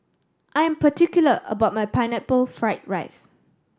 I am particular about my Pineapple Fried rice